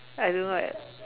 I don't know I